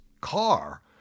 car